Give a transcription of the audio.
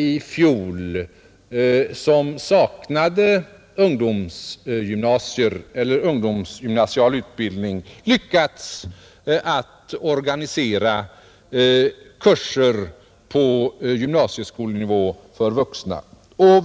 i fjol saknade ungdomsgymnasial utbildning lyckades organisera kurser på gymnasieskolenivå för vuxna.